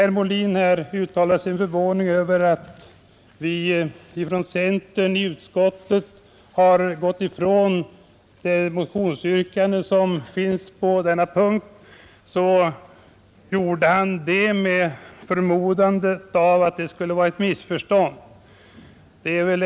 Herr Molin uttalade sin förvåning över att vi från centern i utskottet har gått ifrån det motionsyrkande som finns på denna punkt, och han förmodade att det kunde föreligga ett missförstånd därvidlag.